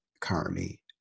currently